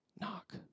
knock